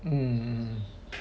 mm